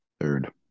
Third